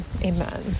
Amen